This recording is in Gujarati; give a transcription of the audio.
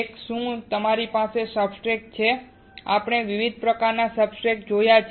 એક શું તમારી પાસે સબસ્ટ્રેટ છે આપણે વિવિધ પ્રકારના સબસ્ટ્રેટ્સ જોયા છે